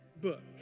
book